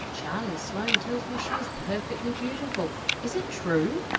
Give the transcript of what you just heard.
charlie sloane tells me she is perfectly beautiful. is true?